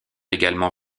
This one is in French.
également